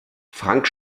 frank